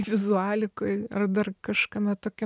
vizualiai kai ar dar kažkame tokiame